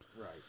Right